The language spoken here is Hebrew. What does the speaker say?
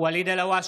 ואליד אלהואשלה,